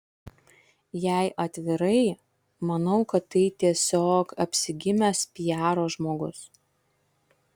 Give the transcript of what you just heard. jei atvirai manau kad tai tiesiog apsigimęs piaro žmogus